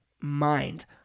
mind